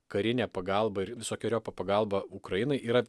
karinė pagalba ir visokeriopa pagalba ukrainai yra